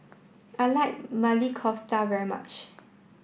I like Maili Kofta very much